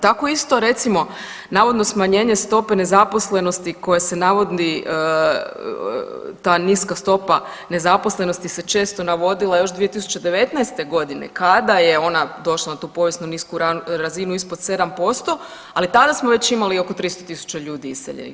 Tako isto recimo navodno smanjenje stope nezaposlenosti koje se navodi ta niska stopa nezaposlenosti se često navodila još 2019. godine kada je ona došla na tu povijesno nisku razinu ispod 7%, ali tada smo već imali oko 300.000 ljudi iseljenih.